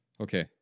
Okay